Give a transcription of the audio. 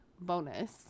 bonus